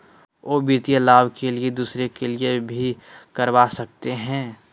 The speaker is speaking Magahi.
आ वित्तीय लाभ के लिए दूसरे के लिए भी करवा सकते हैं?